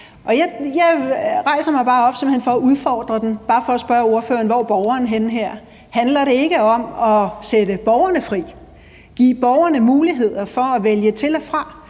Jeg rejser mig bare op for at udfordre den og for at spørge ordføreren: Hvor er borgeren henne? Handler det ikke om at sætte borgerne fri og give borgerne mulighed for at vælge til og fra?